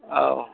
औ